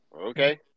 Okay